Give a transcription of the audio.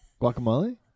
Guacamole